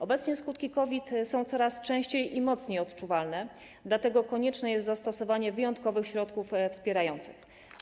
Obecnie skutki COVID są coraz częściej i mocniej odczuwalne, dlatego konieczne jest zastosowanie wyjątkowych środków wspierających.